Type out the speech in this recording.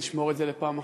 אז נשמור את זה לפעם אחרת.